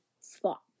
spot